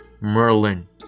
merlin